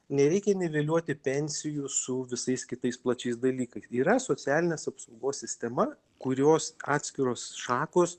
nereikia niveliuoti pensijų su visais kitais plačiais dalykais yra socialinės apsaugos sistema kurios atskiros šakos